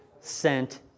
sent